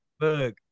Look